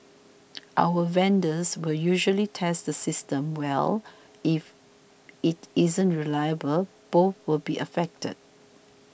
our vendors will usually test the systems well if it isn't reliable both will be affected